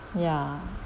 ya